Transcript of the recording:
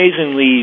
amazingly